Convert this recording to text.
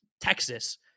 Texas